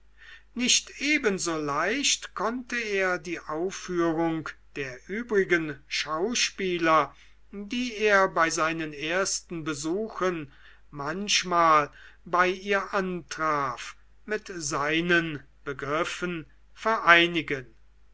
nicht ebenso leicht konnte er die aufführung der übrigen schauspieler die er bei seinen ersten besuchen manchmal bei ihr antraf mit seinen begriffen vereinigen